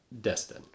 Destin